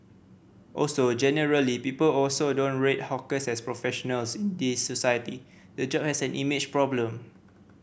also generally people also don't rate hawkers as professionals in this society the job has an image problem